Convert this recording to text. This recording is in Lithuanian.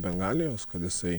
bengalijos visai